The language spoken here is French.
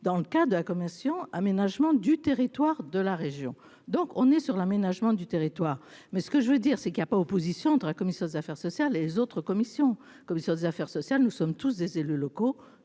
dans le cas de la commission aménagement du territoire de la région, donc on est sur l'aménagement du territoire, mais ce que je veux dire c'est qu'il a pas opposition de la commission des affaires sociales, les autres commissions commission des affaires sociales, nous sommes tous des élus locaux,